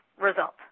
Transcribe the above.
result